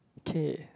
K